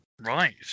Right